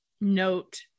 note